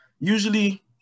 usually